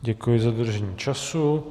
Děkuji za dodržení času.